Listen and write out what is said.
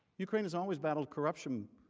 ukraine has always battled corruption.